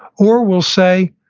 or we'll say,